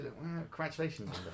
congratulations